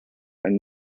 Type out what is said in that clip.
and